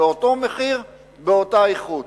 באותו מחיר באותה איכות.